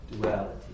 duality